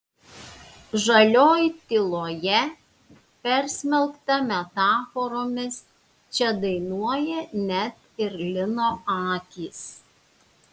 žalioj tyloje persmelkta metaforomis čia dainuoja net ir lino akys